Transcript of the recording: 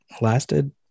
lasted